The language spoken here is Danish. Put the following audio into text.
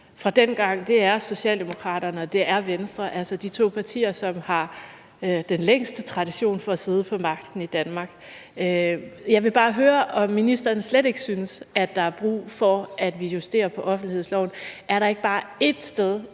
fra dengang, er Socialdemokraterne og Venstre, altså de to partier, som har den længste tradition for at sidde på magten i Danmark. Jeg vil bare høre, om ministeren slet ikke synes, at der er brug for, at vi justerer offentlighedsloven. Er der ikke bare ét sted,